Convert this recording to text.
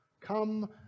Come